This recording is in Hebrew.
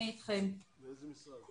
מאיזה משרד?